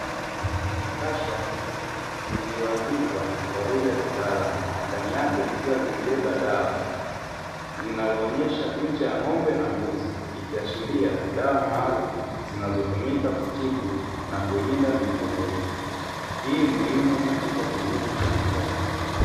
Kasha lililoandikwa kwa lugha ya kitaalamu ndani yake likiwa limebeba dawa linaloonyesha picha ya ng'ombe na mbuzi, ikiashiria dawa maalumu zinazotumika kutibu na kulinda mifugo hii muhimu katika kilimo cha ufugaji.